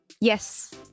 Yes